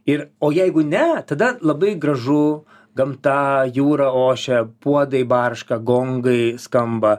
ir o jeigu ne tada labai gražu gamta jūra ošia puodai barška gongai skamba